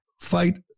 fight